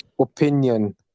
opinion